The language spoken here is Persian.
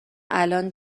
الان